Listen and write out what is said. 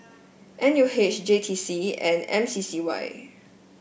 N U H J T C and M C C Y